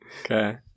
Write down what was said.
Okay